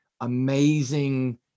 amazing